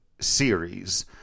series